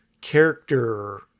character